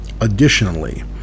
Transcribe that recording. Additionally